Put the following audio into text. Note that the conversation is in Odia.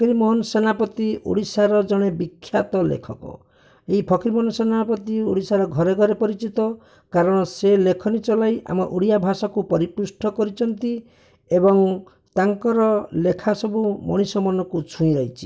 ଫକୀରମୋହନ ସେନାପତି ଓଡ଼ିଶାର ଜଣେ ବିଖ୍ୟାତ ଲେଖକ ଏହି ଫକୀରମୋହନ ସେନାପତି ଓଡ଼ିଶାର ଘରେ ଘରେ ପରିଚିତ କାରଣ ସେ ଲେଖନୀ ଚଲାଇ ଆମ ଓଡିଆ ଭାଷାକୁ ପରିପୃଷ୍ଠ କରିଛନ୍ତି ଏବଂ ତାଙ୍କର ଲେଖା ସବୁ ମଣିଷ ମନକୁ ଛୁଇଁ ଯାଇଛି